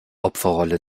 opferrolle